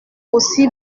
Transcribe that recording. aussi